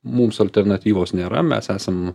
mums alternatyvos nėra mes esam